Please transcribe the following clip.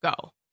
go